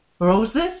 Roses